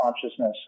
consciousness